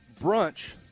Brunch